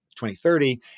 2030